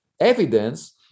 evidence